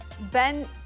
Ben